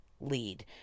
lead